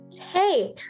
Hey